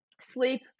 sleep